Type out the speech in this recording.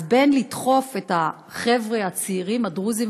אז בין לדחוף את החבר'ה הצעירים הדרוזים,